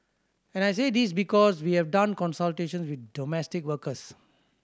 and I say this because we have done consultations with domestic workers